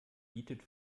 bietet